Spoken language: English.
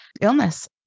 illness